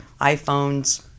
iPhones